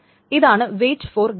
ഇതാണ് weight for graph